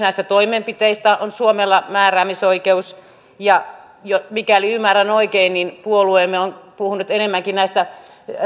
näihin toimenpiteisiin on suomella määräämisoikeus ja mikäli ymmärrän oikein niin puolueemme on puhunut enemmänkin näistä